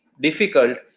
difficult